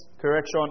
correction